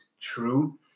true